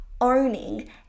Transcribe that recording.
owning